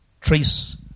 trace